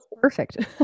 perfect